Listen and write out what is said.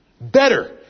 Better